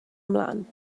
ymlaen